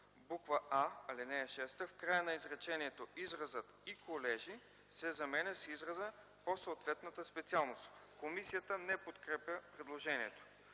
буква „а”, ал. 6 „в края на изречението изразът „колежи” се заменя с израза „по съответната специалност”. Комисията не подкрепя предложението.